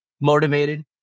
motivated